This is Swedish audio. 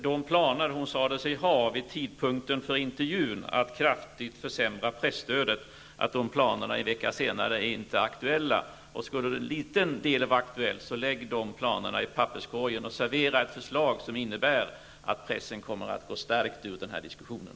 De planer hon sade sig ha vid tidpunkten för intervjun, att kraftigt försämra presstödet, är en vecka senare inte aktuella. Skulle en liten del vara aktuell, så lägg de planerna i papperskorgen och servera ett förslag som innebär att pressen kommer att gå stärkt ur den här diskussionen.